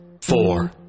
four